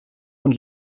und